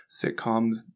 sitcoms